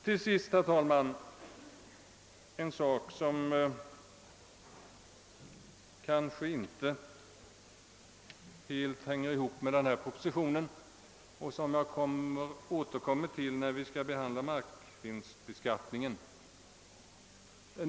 Till sist, herr talman, en fråga som kanske inte helt hör samman med denna proposition och som jag skall återkomma till när vi behandlar markvinstbeskattningen.